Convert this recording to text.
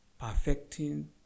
perfecting